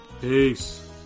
peace